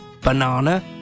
Banana